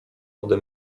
ode